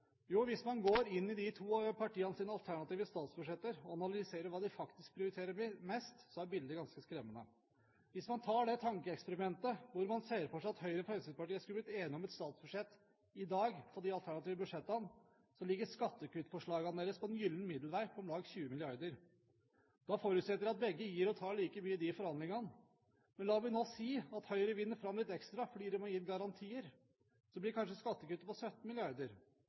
Jo, hvis man går inn i de to partienes alternative statsbudsjetter og analyserer hva de faktisk prioriterer mest, er bildet ganske skremmende. Hvis man tar det tankeeksperimentet at man ser for seg at Høyre og Fremskrittspartiet skulle blitt enige om et statsbudsjett i dag på de alternative budsjettene, ligger skattekuttforslagene deres på en gyllen middelvei på om lag 20 mrd. kr. Da forutsetter vi at begge gir og tar like mye i forhandlingene. Men la meg nå si at Høyre vinner fram litt ekstra, fordi de har gitt garantier. Da blir kanskje skattekuttet på